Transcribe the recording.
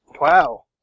Wow